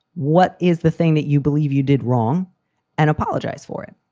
what is the thing that you believe you did wrong and apologize for it.